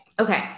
Okay